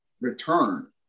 Return